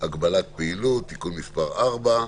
(הוראת שעה) (הגבלת פעילות) (תיקון מס' 4),